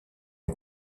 est